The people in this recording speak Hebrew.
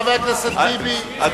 חבר הכנסת ביבי,